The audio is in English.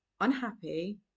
unhappy